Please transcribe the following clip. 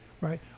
right